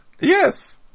Yes